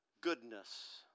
goodness